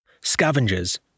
Scavengers